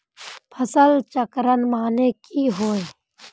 फसल चक्रण माने की होय?